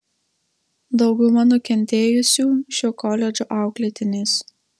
dauguma nukentėjusių šio koledžo auklėtinės